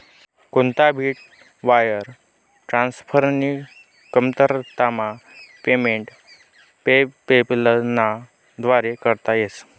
कोणता भी वायर ट्रान्सफरनी कमतरतामा पेमेंट पेपैलना व्दारे करता येस